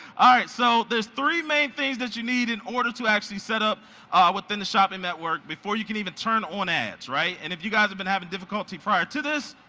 ah so there's three main things that you need in order to actually set up within the shopping network before you can even turn on ads, and if you guys have been having difficulty prior to this,